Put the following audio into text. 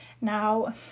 Now